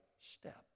step